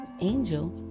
angel